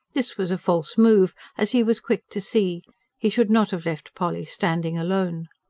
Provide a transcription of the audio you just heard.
this was a false move, as he was quick to see he should not have left polly standing alone.